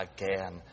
again